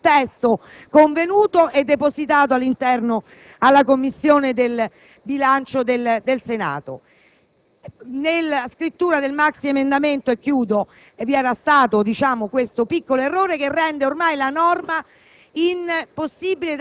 equilibrata, con un testo convenuto e depositato alla Commissione bilancio del Senato. Nella scrittura del maxiemendamento vi era stato questo piccolo errore, che rende ormai la norma